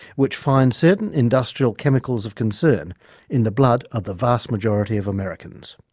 which find certain industrial chemicals of concern in the blood of the vast majority of americans.